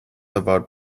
about